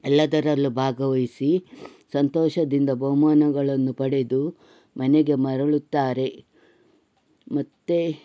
ಎಲ್ಲದರಲ್ಲೂ ಭಾಗವಹಿಸಿ ಸಂತೋಷದಿಂದ ಬಹುಮಾನಗಳನ್ನು ಪಡೆದು ಮನೆಗೆ ಮರಳುತ್ತಾರೆ ಮತ್ತು